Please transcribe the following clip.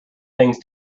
things